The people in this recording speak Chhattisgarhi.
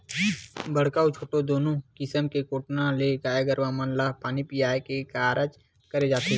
बड़का अउ छोटे दूनो किसम के कोटना ले गाय गरुवा मन ल पानी पीया के कारज करे जाथे